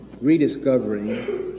rediscovering